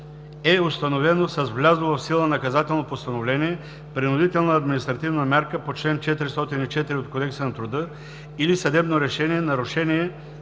е установено с влязло в сила наказателно постановление, принудителна административна мярка по чл. 404 от Кодекса на труда или съдебно решение, нарушение